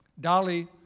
Dolly